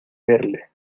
verle